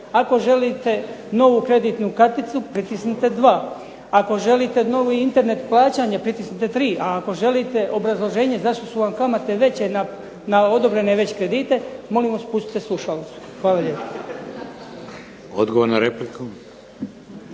Ako želite novu kreditnu karticu pritisnite 2. Ako želite novo Internet plaćanje pritisnite 3. a ako želite obrazloženje zašto su vam kamate veće na odobrene već kredite molimo vas spustite slušalicu“. Hvala lijepo. **Šeks,